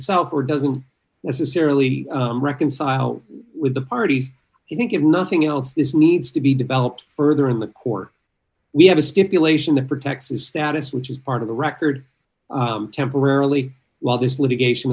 itself or doesn't necessarily reconcile with the parties i think if nothing else this needs to be developed further in the court we have a stipulation that protects is status which is part of the record temporarily while this litigation